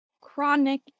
chronic